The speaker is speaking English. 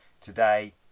Today